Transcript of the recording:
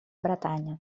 bretanya